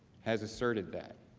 has asserted that.